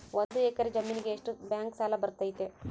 ಒಂದು ಎಕರೆ ಜಮೇನಿಗೆ ಎಷ್ಟು ಬ್ಯಾಂಕ್ ಸಾಲ ಬರ್ತೈತೆ?